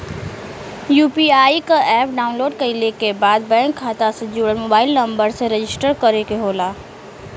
UPI क app download कइले के बाद बैंक खाता से जुड़ल मोबाइल नंबर से रजिस्टर करे के होला